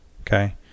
okay